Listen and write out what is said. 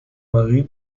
marie